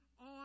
on